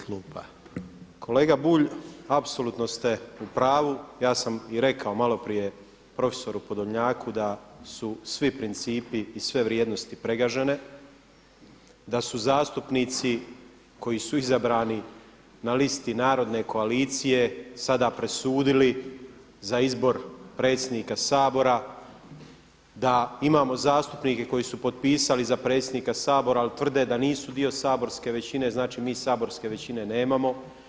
Kolega Bulj apsolutno ste u pravu, ja sam i rekao malo prije prof. Podolnjaku da su svi principi i sve vrijednosti pregažene, da su zastupnici koji su izabrani na listi narodne koalicije sada presudili za izbor predsjednika Sabora, da imamo zastupnike koji su potpisali za predsjednika Sabora ali tvrde da nisu dio saborske većine, znači mi saborske većine nemamo.